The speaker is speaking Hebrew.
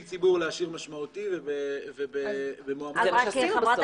ציבור להשאיר משמעותי ובמועמד --- זה מה שעשינו בסוף.